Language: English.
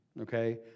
okay